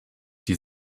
die